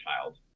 child